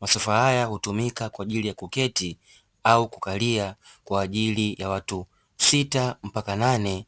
masofa haya hutumika kwa ajili kuketi au kukalia kwa ajili ya watu sita mpaka nane.